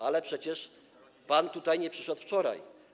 Ale przecież pan tutaj nie przyszedł wczoraj.